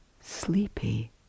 sleepy